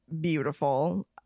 beautiful